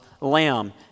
lamb